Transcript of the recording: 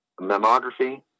mammography